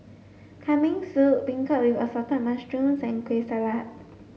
Kambing soup Beancurd assorted mushrooms and Kueh Salat